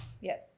Yes